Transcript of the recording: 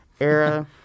era